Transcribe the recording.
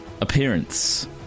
appearance